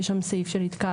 יש שם סעיף של התקהלות,